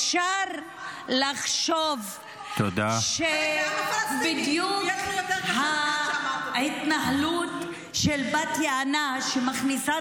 אפשר לחשוב בדיוק על ההתנהלות של בת יענה שמכניסה